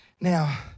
now